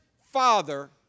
father